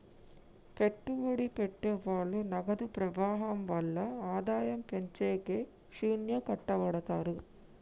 పెట్టుబడి పెట్టె వాళ్ళు నగదు ప్రవాహం వల్ల ఆదాయం పెంచేకి శ్యానా కట్టపడతారు